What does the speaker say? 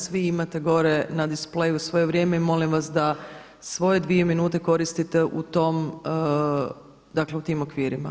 Svi imate gore na displeju svoje vrijeme i molim vas da svoje dvije minute koristite u tom dakle, u tim okvirima.